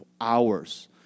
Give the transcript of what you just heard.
hours